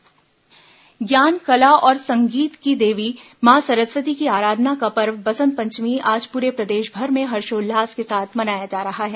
बसंत पंचमी ज्ञान कला और संगीत की देवी मां सरस्वती की आराधना का पर्व बसंत पंचमी आज पूरे प्रदेशभर में हर्षोल्लास के साथ मनाया जा रहा है